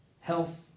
health